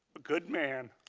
a good man.